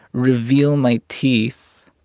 reveal my teeth,